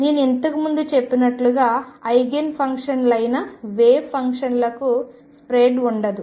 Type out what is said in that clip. నేను ఇంతకు ముందు చెప్పినట్లుగా ఐగెన్ ఫంక్షన్లయిన వేవ్ ఫంక్షన్లకు స్ప్రెడ్ ఉండదు